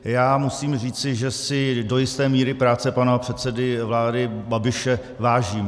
Já musím říci, že si do jisté míry práce pana předsedy vlády Babiše vážím.